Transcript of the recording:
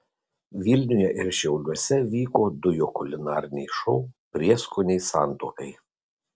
vilniuje ir šiauliuose vyko du jo kulinariniai šou prieskoniai santuokai